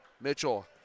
Mitchell